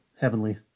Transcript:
Heavenly